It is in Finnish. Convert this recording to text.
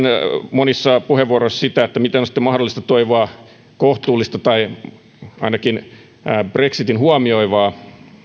monissa puheenvuoroissa sitä että miten on sitten mahdollista toivoa kohtuullista tai ainakin brexitin huomioivaa